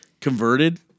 converted